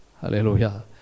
Hallelujah